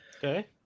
Okay